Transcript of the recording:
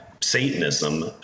Satanism